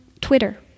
twitter